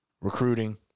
recruiting